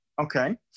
Okay